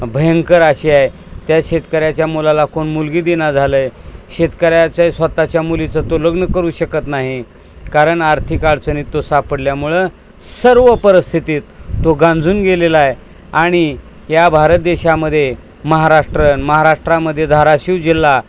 भयंकर अशी आहे त्या शेतकऱ्याच्या मुलाला कोण मुलगी देईना झालं आहे शेतकऱ्याच्या स्वतःच्या मुलीचं तो लग्न करू शकत नाही कारण आर्थिक अडचणीत तो सापडल्यामुळं सर्व परस्थितीत तो गांजून गेलेला आहे आणि या भारत देशामध्ये महाराष्ट्र आणि महाराष्ट्रामध्ये धाराशिव जिल्हा